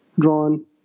drawn